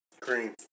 Cream